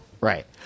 Right